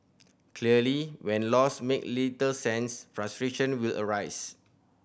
clearly when laws make little sense frustration will arise